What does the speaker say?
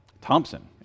Thompson